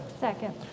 Second